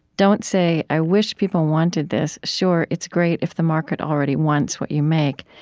don't say, i wish people wanted this sure, it's great if the market already wants what you make.